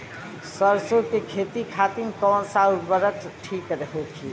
सरसो के खेती खातीन कवन सा उर्वरक थिक होखी?